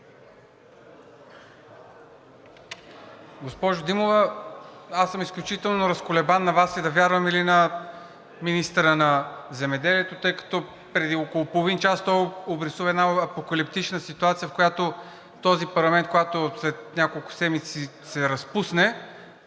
Госпожо Димова, аз съм изключително разколебан – на Вас ли да вярвам, или на министъра на земеделието, тъй като преди около половин час той обрисува една апокалиптична ситуация, в която този парламент, когато след няколко седмици се разпусне,